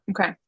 okay